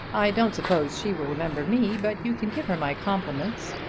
i don't suppose she will remember me, but you can give her my compliments.